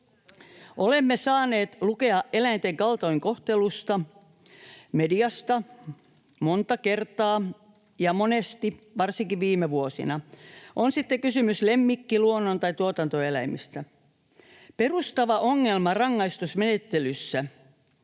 Olemme saaneet lukea eläinten kaltoinkohtelusta mediasta monta kertaa ja monesti varsinkin viime vuosina, on sitten kysymys lemmikki‑, luonnon- tai tuotantoeläimistä. Perustava ongelma rangaistusmenettelyssä